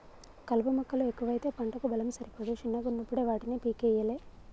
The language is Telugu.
కలుపు మొక్కలు ఎక్కువైతే పంటకు బలం సరిపోదు శిన్నగున్నపుడే వాటిని పీకేయ్యలే